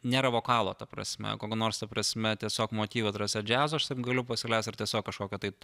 nėra vokalo ta prasme kokio nors ta prasme tiesiog motyvo ta prasme džiazo aš taip galiu pasileist ir tiesiog kažkokio tai